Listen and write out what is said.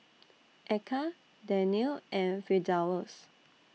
Eka Daniel and Firdaus